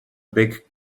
big